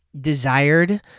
desired